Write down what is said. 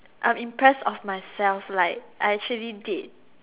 I am impressed of myself like I actually did